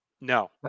No